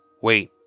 wait